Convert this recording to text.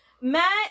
matt